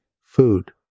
food